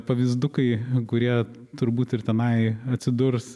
pavyzdukai kurie turbūt ir tenai atsidurs